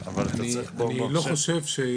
משיח לא בא, אבל זכות הדיבור לדוקטור